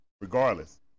regardless